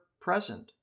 present